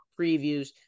previews